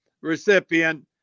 recipient